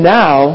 now